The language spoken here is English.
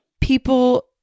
People